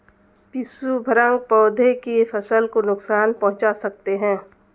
पिस्सू भृंग पौधे की फसल को नुकसान पहुंचा सकते हैं